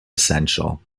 essential